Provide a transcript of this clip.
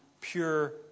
pure